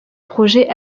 projet